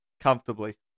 comfortably